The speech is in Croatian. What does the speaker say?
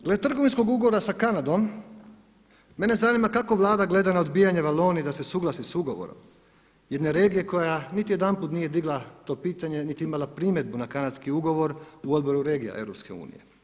Glede trgovinskog ugovora sa Kanadom, mene zanima kako Vlada gleda na odbijanje Valonije da se suglasi sa ugovorom, jedne regije koja niti jedanput nije digla to pitanje, niti je imala primjedbu na kanadski ugovor u Odboru regija EU.